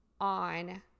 on